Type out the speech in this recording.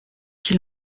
qui